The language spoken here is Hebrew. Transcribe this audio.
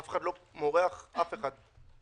אף אחד לא מורח אף אחד.